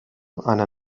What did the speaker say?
einer